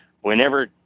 whenever